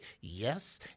yes